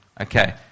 Okay